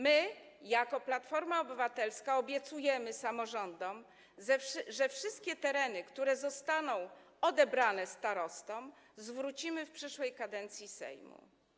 My, jako Platforma Obywatelska, obiecujemy samorządom, że wszystkie tereny, które zostaną odebrane starostom, zwrócimy w przyszłej kadencji Sejmu.